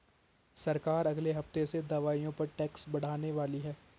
सरकार अगले हफ्ते से दवाइयों पर टैक्स बढ़ाने वाली है